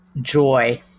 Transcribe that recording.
joy